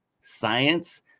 science